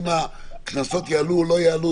אם הקנסות יעלו או לא יעלו,